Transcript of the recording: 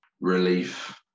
relief